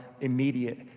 immediate